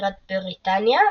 בירת בריטניה,